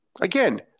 Again